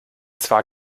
zwar